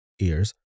ears